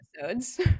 episodes